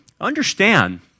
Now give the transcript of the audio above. understand